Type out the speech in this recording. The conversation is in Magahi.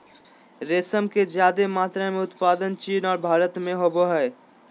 रेशम के ज्यादे मात्रा में उत्पादन चीन और भारत में होबय हइ